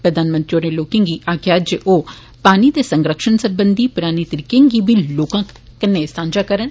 प्रधानमंत्री होरें लोकें गी आक्खेआ ऐ जे ओ पानी दे संरक्षण सरबंघी पराने तरीकें गी बी लोकें कन्नै सांझा करन